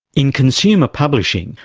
in consumer publishing,